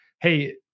hey